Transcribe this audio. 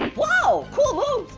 whoa, cool moves,